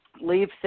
leave